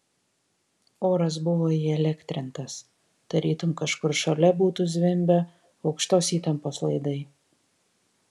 oras buvo įelektrintas tarytum kažkur šalia būtų zvimbę aukštos įtampos laidai